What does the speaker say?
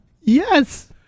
yes